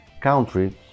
country